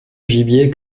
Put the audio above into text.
gibier